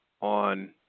on